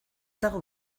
dago